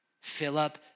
Philip